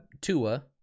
Tua